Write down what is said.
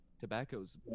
Tobacco's